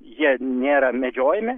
jie nėra medžiojami